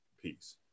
peace